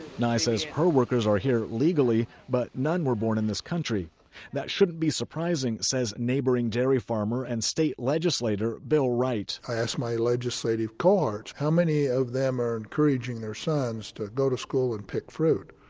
nye says her workers are here legally. but none were born in this country that shouldn't be surprising, says neighboring dairy farmer and state legislator bill wright i asked my legislative cohorts, how many of them are encouraging their sons to go to school and pick fruit?